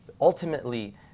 Ultimately